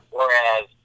Whereas